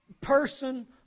person